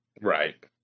Right